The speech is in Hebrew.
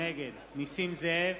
נגד נסים זאב,